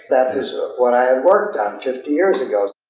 that is what i had worked on fifty years ago.